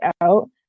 out